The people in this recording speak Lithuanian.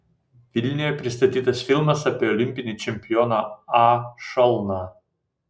vilniuje pristatytas filmas apie olimpinį čempioną a šalną